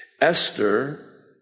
Esther